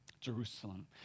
Jerusalem